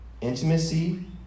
intimacy